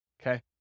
Okay